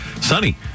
sunny